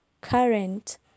current